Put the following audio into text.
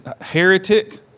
heretic